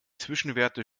zwischenwerte